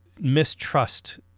mistrust